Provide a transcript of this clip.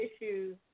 issues